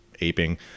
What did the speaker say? aping